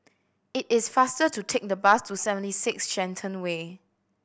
it is faster to take the bus to Seventy Six Shenton Way